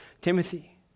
Timothy